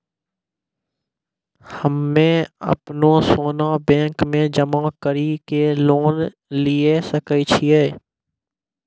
हम्मय अपनो सोना बैंक मे जमा कड़ी के लोन लिये सकय छियै?